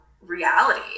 reality